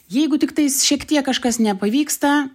jeigu tiktais šiek tiek kažkas nepavyksta